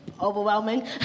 overwhelming